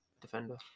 defender